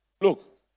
look